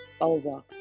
over